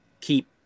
keep